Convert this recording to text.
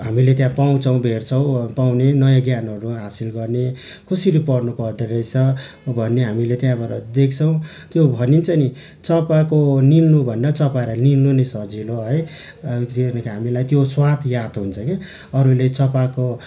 हामीले त्यहाँ पाउँछौँ भेट्छौँ पाउने नयाँ ज्ञानहरू हासिल गर्ने कसरी पढ्नु पर्दोरहेछ भन्ने हामीले त्यहाँबाट देख्छौँ त्यो भनिन्छ नि चपाएको निल्नु भन्दा चपाएर निल्नु नै सजिलो है किनभने हामीलाई त्यो स्वाद याद हुन्छ के अरूले चपाएको